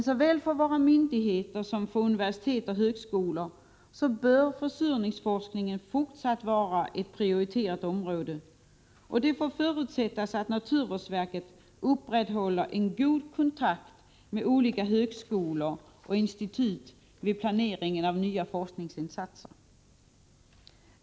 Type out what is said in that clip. Såväl för våra myndigheter som för universitet och högskolor bör försurningsforskningen även i fortsättningen vara ett prioriterat område. Det får förutsättas att naturvårdsverket upprätthåller god kontakt med olika högskolor och institut vid planeringen av nya forskningsinsatser.